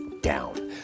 down